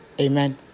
amen